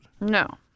No